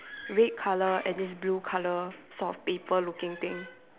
red colour and it's blue colour sort of paper looking thing